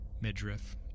midriff